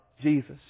Jesus